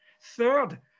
third